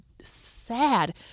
sad